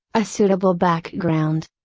a suitable background.